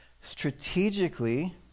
strategically